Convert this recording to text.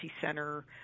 Center